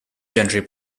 gentry